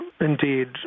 indeed